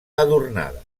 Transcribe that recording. adornada